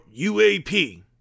UAP